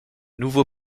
nouveau